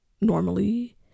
normally